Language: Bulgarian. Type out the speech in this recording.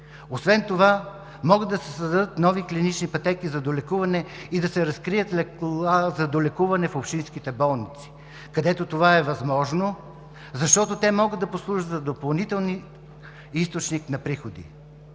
Освен това, могат да се създадат нови клинични пътеки за долекуване и да се разкрият легла за долекуване в общинските болници, където това е възможно, защото те могат да послужат за допълнителен източник на приходи.